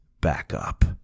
backup